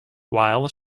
while